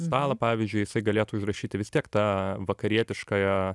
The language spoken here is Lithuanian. stalą pavyzdžiui jisai galėtų užrašyti vis tiek ta vakarietiškąja